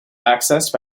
accessed